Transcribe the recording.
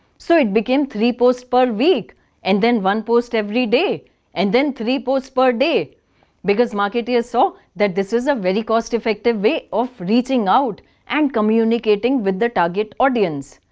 so it became three posts per week and then one post every day and then three posts per day because marketers saw that this is a very cost-effective way of reaching out and communicating with the target audience.